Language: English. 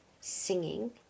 singing